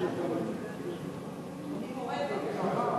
הצעת חוק לתיקון פקודת הנישואין והגירושין (רישום)